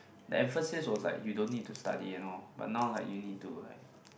the emphasis was like you don't need to study and all but now like you need to like